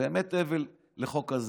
באמת אבל לחוק כזה.